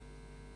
ההצעה